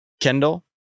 Kendall